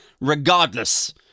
regardless